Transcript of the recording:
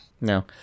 No